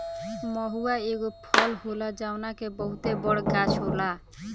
महुवा एगो फल होला जवना के बहुते बड़ गाछ होला